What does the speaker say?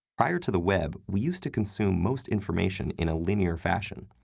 prior to the web, we used to consume most information in a linear fashion.